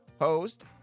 host